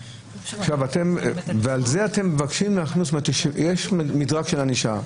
יש מדרג של ענישה.